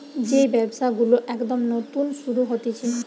যেই ব্যবসা গুলো একদম নতুন শুরু হতিছে